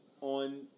on